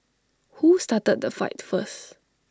who started the fight first